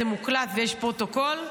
זה מוקלט ויש פרוטוקול,